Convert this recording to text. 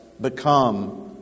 become